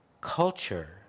culture